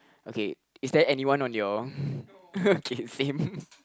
okay is there anyone on your okay same